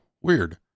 weird